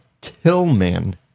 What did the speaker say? Tillman